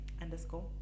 underscore